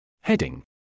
Heading